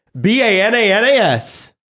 B-A-N-A-N-A-S